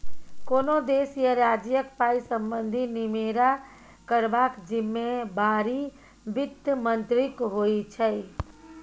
कोनो देश या राज्यक पाइ संबंधी निमेरा करबाक जिम्मेबारी बित्त मंत्रीक होइ छै